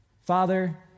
Father